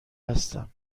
هستم